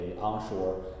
onshore